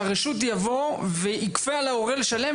שהרשות תבוא ויכפה על ההורה לשלם?